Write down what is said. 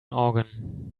organ